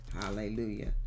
Hallelujah